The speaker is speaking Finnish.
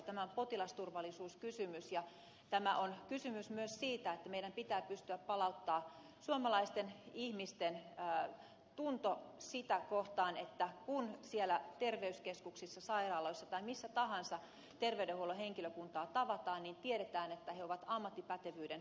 tämä on potilasturvallisuuskysymys ja tämä on kysymys myös siitä että meidän pitää pystyä palauttamaan suomalaisten ihmisten tunto sitä kohtaan että kun siellä terveyskeskuksissa sairaaloissa tai missä tahansa terveydenhuollon henkilökuntaa tavataan niin tiedetään että he ovat ammattipätevyyden omaavia ihmisiä